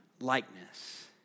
likeness